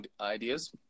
ideas